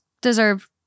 deserve